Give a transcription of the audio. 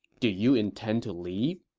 do you intend to leave?